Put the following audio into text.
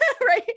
right